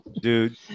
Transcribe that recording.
Dude